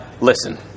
Listen